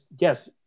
yes